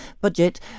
budget